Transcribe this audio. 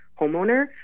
homeowner